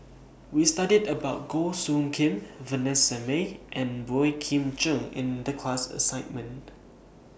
We studied about Goh Soo Khim Vanessa Mae and Boey Kim Cheng in The class assignment